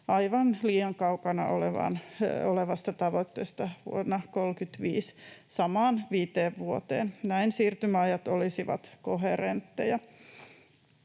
aivan liian kaukana olevasta tavoitteesta vuonna 35 samaan viiteen vuoteen. Näin siirtymäajat olisivat koherentteja.